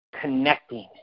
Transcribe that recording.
connecting